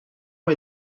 ont